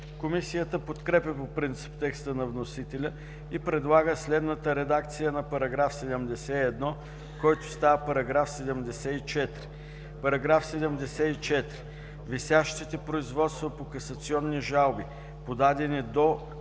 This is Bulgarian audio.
Комисията подкрепя по принцип текста на вносителя и предлага следната редакция на § 71, който става § 74: „§ 74. Висящите производства по касационни жалби, подадени до